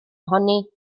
ohoni